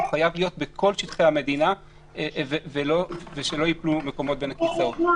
הוא חייב להיות בכל שטחי המדינה ושלא ייפלו מקומות בין הכיסאות.